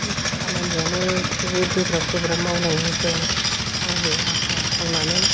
खामानियानो जोबोर गोब्राब गोब्राब मावनाङो जोङो आङो आसा मावनानै